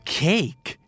cake